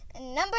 Number